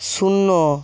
শূন্য